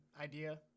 idea